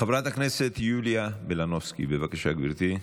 חברת הכנסת יוליה מלינובסקי, בבקשה, גברתי.